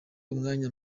umwanya